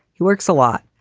he works a lot,